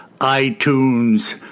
iTunes